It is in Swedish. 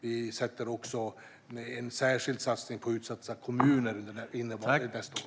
Vi vill också göra en särskild satsning på utsatta kommuner nästa år.